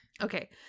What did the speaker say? Okay